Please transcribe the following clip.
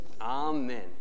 Amen